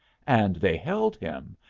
and they held him.